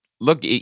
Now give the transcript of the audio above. Look